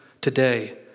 today